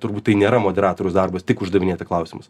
turbūt tai nėra moderatoriaus darbas tik uždavinėti klausimus